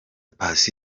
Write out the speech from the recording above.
paccy